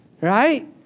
Right